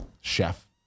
chef